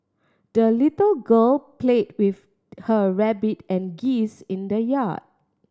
the little girl played with her rabbit and geese in the yard